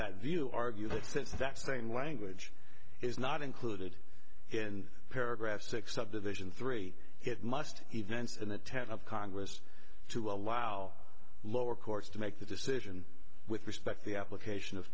that view argue that since that same language is not included in paragraph six of division three it must events in the tent of congress to allow lower courts to make the decision with respect the application of